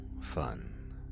fun